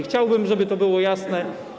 Chciałbym, żeby to było jasne.